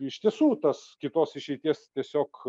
iš tiesų tas kitos išeities tiesiog